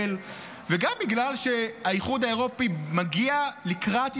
וגם בגלל שהאיחוד האירופי מגיע לקראת ישראל,